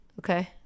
Okay